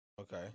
Okay